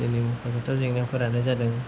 जोंनि मख'जाथाव जेंनाफोरानो जादों